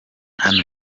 hano